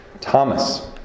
Thomas